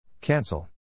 Cancel